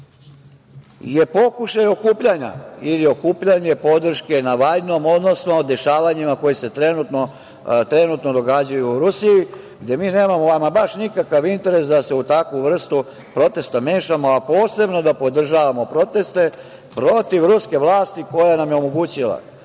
je pokušaj okupljanja ili okupljanje podrške Navaljnom, odnosno dešavanja koja se trenutno događaju u Rusiji, gde mi nemamo ama baš nikakav interes da se u takvu vrstu protesta mešamo, a posebno da podržavamo proteste protiv ruske vlasti koja nam je omogućila